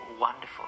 wonderful